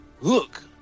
look